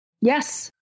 Yes